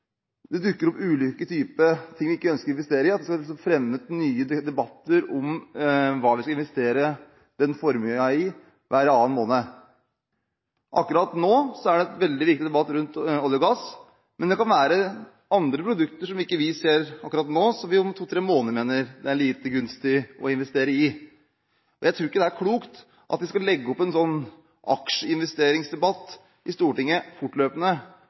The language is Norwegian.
det dukker opp ulike typer ting vi ikke ønsker å investere i, at man skal ha nye debatter om hva vi skal investere den formuen i, hver annen måned. Akkurat nå er det en veldig viktig debatt rundt olje og gass, men det kan være andre produkter som ikke vi ser nå, som vi om to–tre måneder mener det er lite gunstig å investere i. Jeg tror ikke det er klokt at vi skal legge opp til en sånn aksjeinvesteringsdebatt i Stortinget fortløpende,